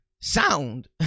sound